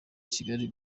kigali